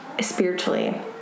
spiritually